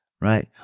right